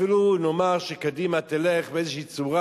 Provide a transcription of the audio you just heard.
אפילו נאמר שקדימה תלך באיזו צורה,